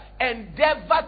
endeavor